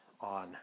on